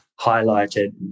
highlighted